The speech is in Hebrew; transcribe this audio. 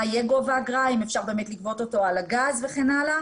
מה יהיה גובה האגרה אם אפשר באמת לגבות אותו על הגז וכן הלאה